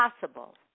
possible